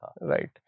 Right